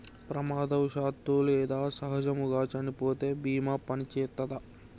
ప్రమాదవశాత్తు లేదా సహజముగా చనిపోతే బీమా పనిచేత్తదా?